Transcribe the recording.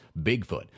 Bigfoot